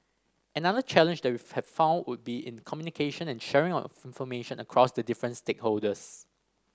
another challenge that we have found would be in communication and sharing of information across the different stakeholders